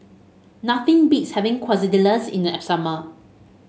nothing beats having Quesadillas in the summer